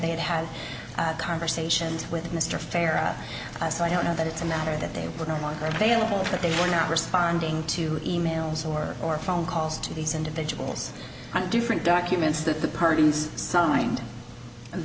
they had had conversations with mr farrah so i don't know that it's a matter that they were no longer available but they were not responding to emails or or phone calls to these individuals and different documents that the parties signed and